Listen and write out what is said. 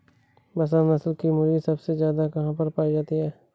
बसरा नस्ल की मुर्गी सबसे ज्यादा कहाँ पर पाई जाती है?